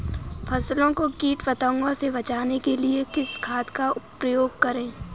फसलों को कीट पतंगों से बचाने के लिए किस खाद का प्रयोग करें?